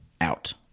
Out